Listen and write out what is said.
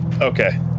Okay